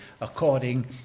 according